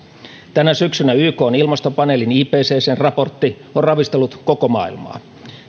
tänä syksynä ykn ilmastopaneelin ipccn raportti on ravistellut koko maailmaa